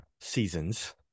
seasons